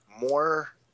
more